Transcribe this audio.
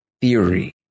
theory